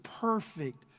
perfect